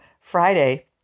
Friday